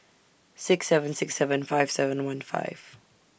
six seven six seven five seven one five